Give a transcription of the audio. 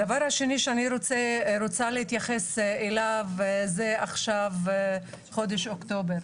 הדבר השני שאני רוצה להתייחס אליו, חודש אוקטובר.